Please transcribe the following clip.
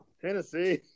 Tennessee